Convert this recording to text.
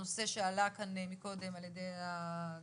הנושא שעלה כאן מקודם על ידי הד"ר,